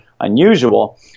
unusual